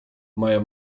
moja